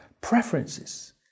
preferences